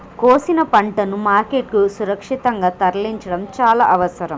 కోసిన పంటను మార్కెట్ కు సురక్షితంగా తరలించడం చాల అవసరం